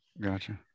gotcha